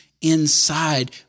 inside